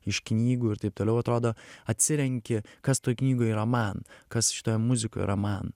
iš knygų ir taip toliau atrodo atsirenki kas toje knygoj yra man kas šitoje muzikoje yra man